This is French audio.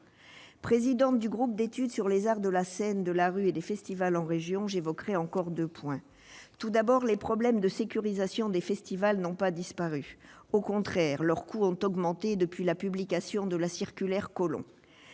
Présidente du groupe d'études Arts de la scène, arts de la rue et festivals en région, j'évoquerai encore deux points. Tout d'abord, les problèmes de sécurisation des festivals n'ont pas disparu, au contraire, et les coûts ont augmenté depuis la publication de la circulaire Collomb.